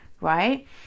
right